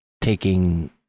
taking